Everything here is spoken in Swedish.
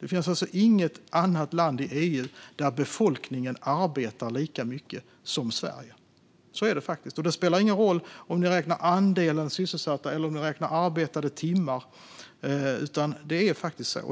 Det finns alltså inget annat land i EU där befolkningen arbetar lika mycket som den gör i Sverige. Så är det faktiskt, och det spelar ingen roll om man räknar andelen sysselsatta eller arbetade timmar. Det